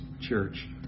church